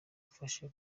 afashe